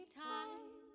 time